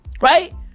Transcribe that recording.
right